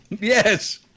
Yes